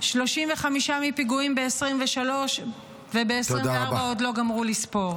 35 מפיגועים ב-2023, וב-2024 עוד לא גמרו לספור.